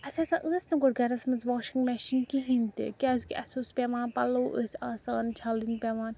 اسہِ ہَسا ٲس نہٕ گۄڈٕ گَھرَس مَنٛز واشِنٛگ مشیٖن کِہیٖنۍ تہِ کیٛازِکہِ اسہِ اوس پیٚوان پَلوٚو ٲسۍ آسان چھَلٕنۍ پیٚوان